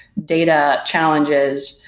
data challenges,